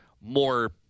more